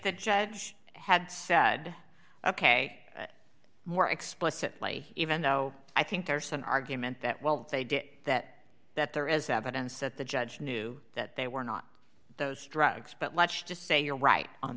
the judge had sad ok more explicitly even now i think there's an argument that well they did that that there is evidence that the judge knew that they were not those drugs but let's just say you're right on